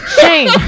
Shane